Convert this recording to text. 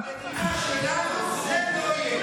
במדינה שלנו זה לא יהיה.